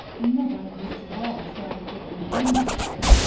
never in this world shall you get me home with you.